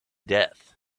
death